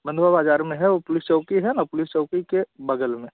बंधवा बाज़ार में है वह पुलिस चौकी है ना पुलिस चौकी के बग़ल में